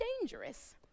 dangerous